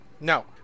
No